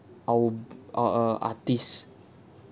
our b~ uh uh artist